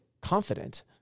confident